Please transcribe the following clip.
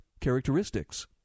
characteristics